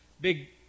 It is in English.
big